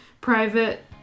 private